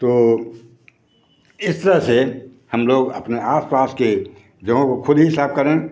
तो इस तरह से हम लोग अपने आस पास के जगहों को खुद ही साफ करें